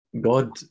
God